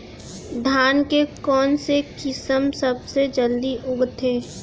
धान के कोन से किसम सबसे जलदी उगथे?